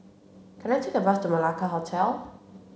can I take a bus to Malacca Hotel